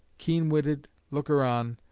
keen-witted looker-on,